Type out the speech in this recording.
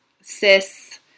cis